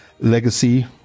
legacy